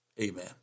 Amen